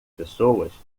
pessoas